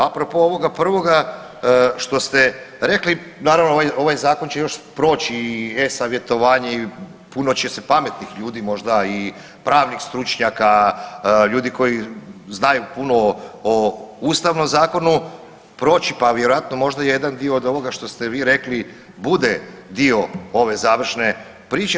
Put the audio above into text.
Apro po ovoga prvoga što ste rekli, naravno ovaj, ovaj zakon će još proći i e-savjetovanje i puno će se pametnih ljudi možda i pravnih stručnjaka, ljudi koji znaju puno o Ustavnom zakonu proći, pa vjerojatno možda jedan dio od ovoga što ste vi rekli bude dio ove završne priče.